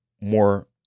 more